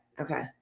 okay